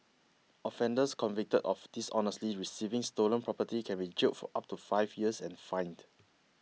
offenders convicted of dishonestly receiving stolen property can be jailed for up to five years and fined